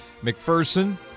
McPherson